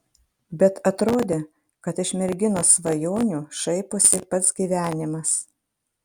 bet atrodė kad iš merginos svajonių šaiposi pats gyvenimas